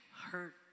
hurt